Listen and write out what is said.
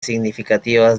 significativas